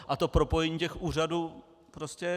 A to propojení těch úřadů prostě...